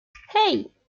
hey